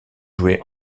joué